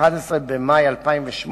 11 במאי 2008,